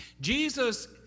Jesus